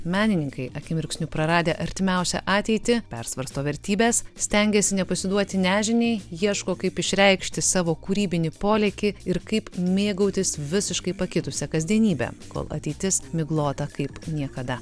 menininkai akimirksniu praradę artimiausią ateitį persvarsto vertybes stengiasi nepasiduoti nežiniai ieško kaip išreikšti savo kūrybinį polėkį ir kaip mėgautis visiškai pakitusia kasdienybe kol ateitis miglota kaip niekada